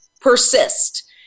persist